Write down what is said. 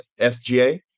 SGA